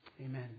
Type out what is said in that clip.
Amen